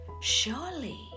Surely